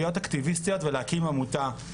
להיות אקטיביסטיות ולהקים עמותה.